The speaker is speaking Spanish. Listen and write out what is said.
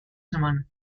semanas